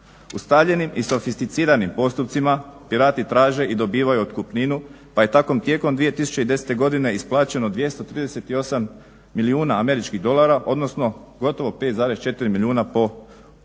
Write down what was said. Ustaljenim i sofisticiranim postupcima pirati traže i dobivaju otkupninu, pa je tako tijekom 2010. godine isplaćeno 238 milijuna američkih dolara, odnosno gotovo 5,4 milijuna otkupnine